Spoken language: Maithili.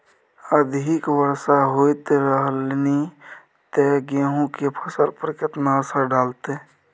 अधिक वर्षा होयत रहलनि ते गेहूँ के फसल पर केतना असर डालतै?